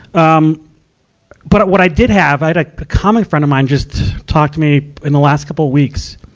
um but, ah, what i did have, i had a comic friend of mine just talk to me in the last couple weeks,